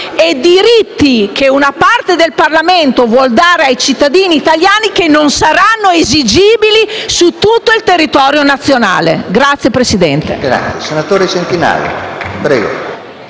e diritti che una parte del Parlamento vuol dare ai cittadini italiani che non saranno esigibili su tutto il territorio nazionale. *(Applausi